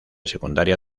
secundaria